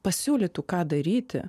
pasiūlytų ką daryti